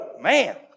Man